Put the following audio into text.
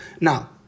Now